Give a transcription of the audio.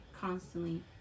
constantly